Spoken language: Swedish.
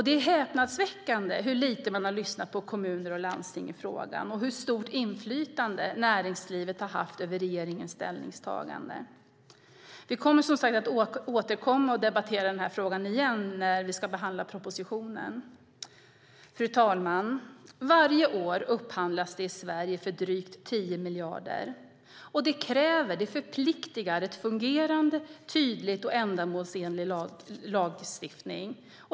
Det är häpnadsväckande hur lite man har lyssnat på kommuner och landsting i frågan och hur stort inflytande näringslivet har haft över regeringens ställningstagande. Vi kommer, som sagt, att återkomma och debattera denna fråga igen när vi ska behandla propositionen. Fru talman! Varje år upphandlas det för drygt 10 miljarder i Sverige. Det kräver en fungerande, tydlig och ändamålsenlig lagstiftning.